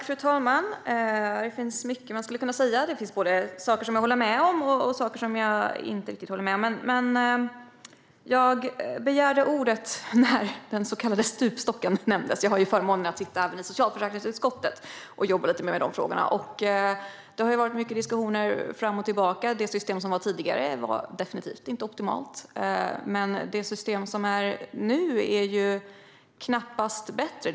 Fru talman! Det finns mycket man skulle kunna säga. Det finns både saker jag håller med om och saker jag inte riktigt håller med om, men jag begärde ordet när den så kallade stupstocken nämndes. Jag har ju förmånen att sitta även i socialförsäkringsutskottet och jobbar lite med de frågorna, och det har varit mycket diskussioner fram och tillbaka. Det system vi hade tidigare var definitivt inte optimalt, men det system vi har nu är knappast bättre.